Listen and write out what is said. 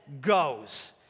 goes